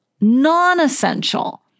non-essential